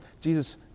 Jesus